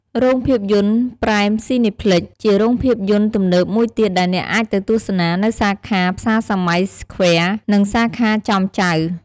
រោងភាពយន្ត ប្រែមស៊ីនេផ្លិច (Prime Cineplex) ជារោងភាពយន្តទំនើបមួយទៀតដែលអ្នកអាចទៅទស្សនា នៅសាខា ផ្សារសម័យ សឃ្វែរ (Square) និងសាខា ចោមចៅ។